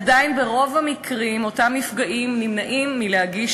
עדיין ברוב המקרים אותם נפגעים נמנעים מלהגיש